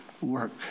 work